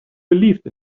believed